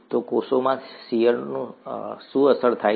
તો કોષોમાં શીયરથી શું અસર થાય છે